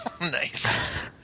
Nice